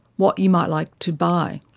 what you might like to buy.